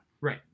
Right